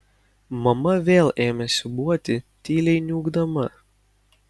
mama vėl ėmė siūbuoti tyliai niūkdama